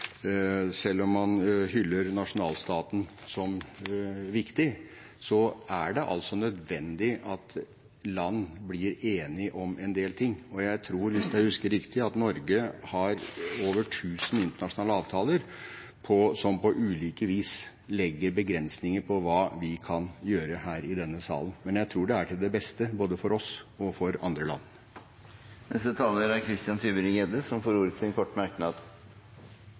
Selv om man hyller nasjonalstaten som viktig, er det nødvendig at land blir enige om en del ting, og hvis jeg husker riktig, har Norge over 1 000 internasjonale avtaler, som på ulike vis legger begrensninger på hva vi kan gjøre her i denne salen. Men jeg tror det er til det beste, både for oss og for andre land. Representanten Christian Tybring-Gjedde har hatt ordet to ganger tidligere og får ordet til en kort merknad,